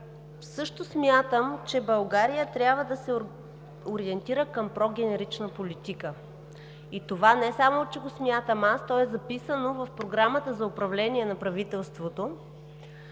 също смятам, че България трябва да се ориентира към прогенирична политика и това не само че го смятам, а то е записано в Програмата за управление на правителството.